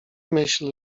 myśl